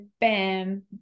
bam